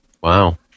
Wow